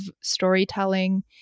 storytelling